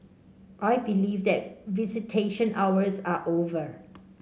I believe that visitation hours are over